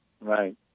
Right